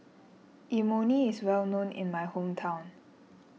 Imoni is well known in my hometown